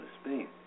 Spain